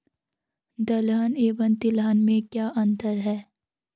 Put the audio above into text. दलहन एवं तिलहन में क्या अंतर है?